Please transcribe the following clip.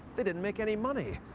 they didn't make any money,